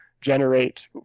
generate